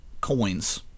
coins